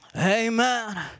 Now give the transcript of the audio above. Amen